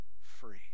free